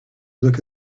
look